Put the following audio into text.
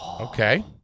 okay